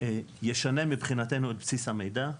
ישנה מבחינתנו את בסיס המידע,